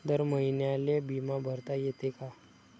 दर महिन्याले बिमा भरता येते का?